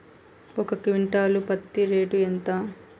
ఒక క్వింటాలు పత్తి రేటు ఎంత?